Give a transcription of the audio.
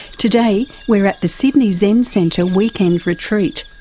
today we're at the sydney zen centre weekend retreat.